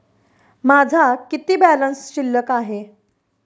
माझा किती बॅलन्स शिल्लक आहे?